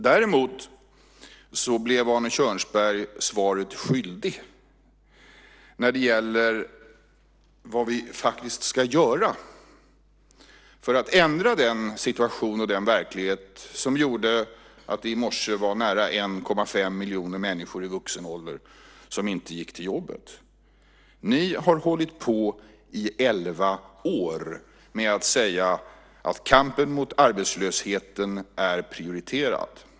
Däremot blev Arne Kjörnsberg svaret skyldig när det gäller vad vi ska göra för att ändra den situation och den verklighet som gjorde att det i morse var nära 1,5 miljoner människor i vuxen ålder som inte gick till jobbet. Ni har hållit på i elva år med att säga att kampen mot arbetslösheten är prioriterad.